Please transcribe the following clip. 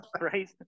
right